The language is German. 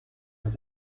mit